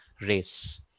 race